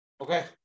Okay